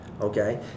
Okay